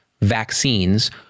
vaccines